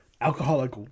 alcoholic